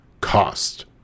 cost